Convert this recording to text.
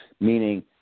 meaning